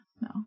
No